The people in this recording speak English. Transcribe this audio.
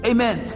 Amen